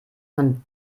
man